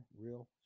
real